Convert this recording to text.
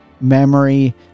memory